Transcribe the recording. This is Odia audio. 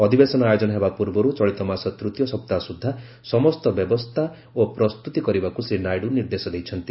ଅଧିବେଶନ ଆୟୋଜନ ହେବା ପୂର୍ବରୁ ଚଳିତମାସ ତୃତୀୟ ସପ୍ତାହ ସୁଦ୍ଧା ସମସ୍ତ ବ୍ୟବସ୍ଥା ଓ ପ୍ରସ୍ତୁତି କରିବାକୁ ଶ୍ରୀ ନାଇଡ଼ୁ ନିର୍ଦ୍ଦେଶ ଦେଇଛନ୍ତି